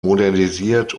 modernisiert